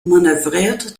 manoeuvreert